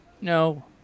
No